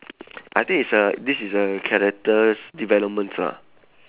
I think is uh this is a characters development ah